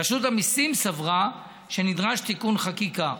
רשות המיסים סברה שנדרש תיקון חקיקה.